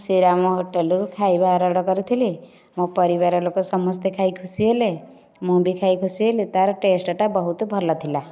ଶୀରାମ ହୋଟେଲ୍ରୁ ଖାଇବା ଅର୍ଡ଼ର୍ କରିଥିଲି ମୋ ପରିବାର ଲୋକ ସମସ୍ତେ ଖାଇ ଖୁସି ହେଲେ ମୁଁ ବି ଖାଇ ଖୁସି ହେଲି ତା'ର ଟେଷ୍ଟ୍ଟା ବହୁତ ଭଲ ଥିଲା